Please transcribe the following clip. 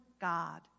God